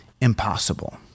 impossible